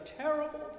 terrible